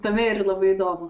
tame ir labai įdomu